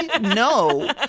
No